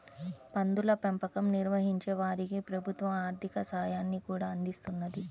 పందుల పెంపకం నిర్వహించే వారికి ప్రభుత్వం ఆర్ధిక సాయాన్ని కూడా అందిస్తున్నది